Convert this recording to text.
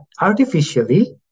artificially